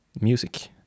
music